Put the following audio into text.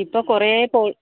ഇപ്പം കുറെ പോളിസി